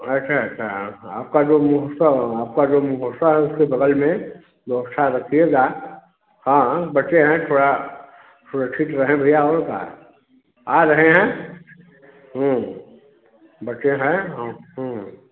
अच्छा अच्छा हाँ आपका जो मुहस आपका जो मुहोसा है उसके बगल में व्यवस्था रखिएगा हाँ बच्चे हैं थोड़ा सुरक्षित रहें भैया और का है आ रहे हैं बच्चे हैं हाँ